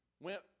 went